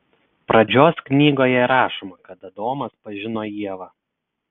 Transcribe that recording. pradžios knygoje rašoma kad adomas pažino ievą